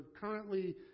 currently